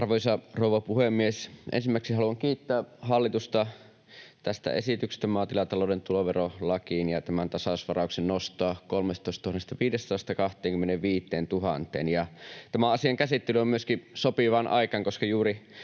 Arvoisa rouva puhemies! Ensimmäiseksi haluan kiittää hallitusta tästä esityksestä maatilatalouden tuloverolakiin ja tämän tasausvarauksen nostamisesta 13 500:sta 25 000:een. Tämän asian käsittely on myöskin sopivaan aikaan,